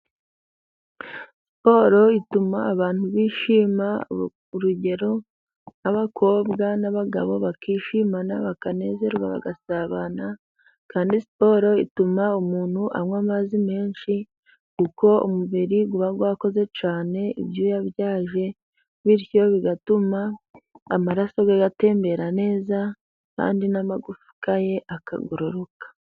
siporo ituma abantu bishima urugero abakobwa n'abagabo bakishimana bakanezerwa bagasabana kandi siporo ituma umuntu anywa amazi menshi kuko umubiri uba wakoze cyane ibyuyabyaje bityo bigatuma amaraso agatembera neza kandi n'amagufwa ye akagororoka